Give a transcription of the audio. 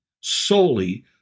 solely